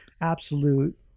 absolute